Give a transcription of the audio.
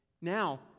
Now